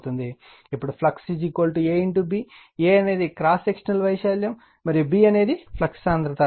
ఇప్పుడు flux A B A అనేది cross sectional వైశాల్యం మరియు B అనేది ఫ్లక్స్ సాంద్రత